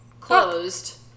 closed